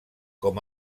com